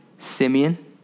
Simeon